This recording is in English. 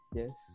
yes